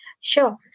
Sure